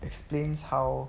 explains how